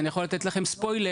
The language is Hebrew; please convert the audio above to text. אז אני יכול לתת לכם ספוילר,